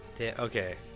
okay